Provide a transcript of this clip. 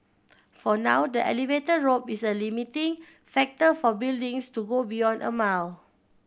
for now the elevator rope is a limiting factor for buildings to go beyond a mile